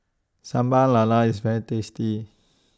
Sambal Lala IS very tasty